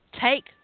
take